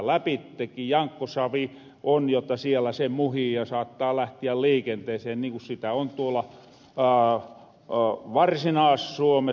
jankkosavi on jotta siellä se muhii ja saattaa lähtiä liikenteeseen niin kun sitä on tuolla varsinaas suomes